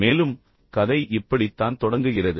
மேலும் கதை இப்படித்தான் தொடங்குகிறது